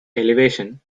elevation